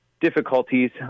difficulties